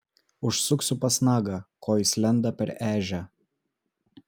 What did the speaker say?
užsuksiu pas nagą ko jis lenda per ežią